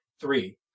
Three